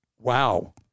Wow